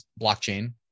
blockchain